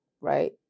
right